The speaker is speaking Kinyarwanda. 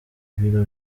ibiro